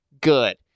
good